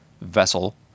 vessel